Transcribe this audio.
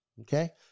Okay